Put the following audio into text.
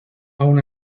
aun